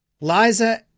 Liza